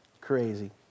Crazy